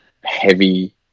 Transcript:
heavy